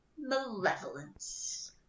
malevolence